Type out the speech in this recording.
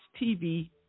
TV